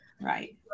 Right